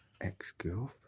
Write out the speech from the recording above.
ex-girlfriend